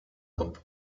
dopo